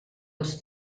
els